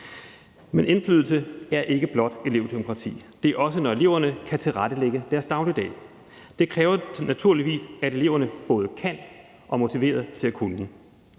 Men indflydelse er ikke blot elevdemokrati. Det er også, når eleverne kan tilrettelægge deres dagligdag. Det kræver naturligvis, at eleverne både kan og er motiveret til at kunne.